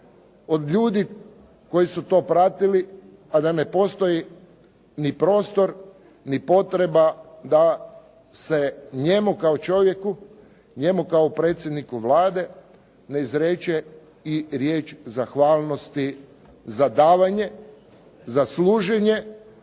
od ljudi koji su to pratili, a da ne postoji ni prostor, ni potreba da se njemu kao čovjeku, njemu kao predsjedniku Vlade ne izreče i riječ zahvalnosti za davanje, za služenje,